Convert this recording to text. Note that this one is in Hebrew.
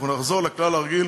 נחזור לכלל הרגיל